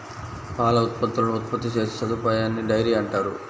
పాల ఉత్పత్తులను ఉత్పత్తి చేసే సదుపాయాన్నిడైరీ అంటారు